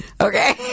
Okay